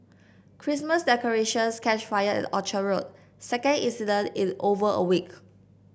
Christmas decorations catch fire at Orchard Road second incident is over a week